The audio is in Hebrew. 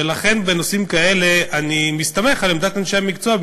ולכן בנושאים כאלה אני מסתמך על עמדת אנשי המקצוע,